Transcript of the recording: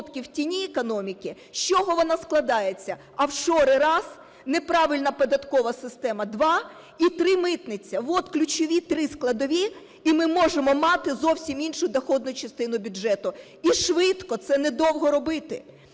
відсотків в тіні економіки. З чого вона складається? Офшори – раз, неправильна податкова система – два і три – митниця. От ключові три складові, і ми можемо мати зовсім іншу доходну частину бюджету, і швидко, це недовго робити.